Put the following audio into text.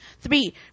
Three